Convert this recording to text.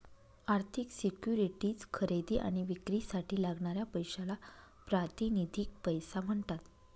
आर्थिक सिक्युरिटीज खरेदी आणि विक्रीसाठी लागणाऱ्या पैशाला प्रातिनिधिक पैसा म्हणतात